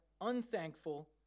unthankful